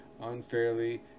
unfairly